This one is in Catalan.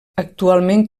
actualment